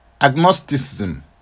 agnosticism